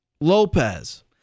Lopez